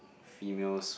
females